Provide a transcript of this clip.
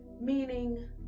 meaning